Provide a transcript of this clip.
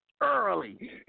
early